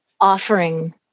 offering